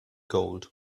gold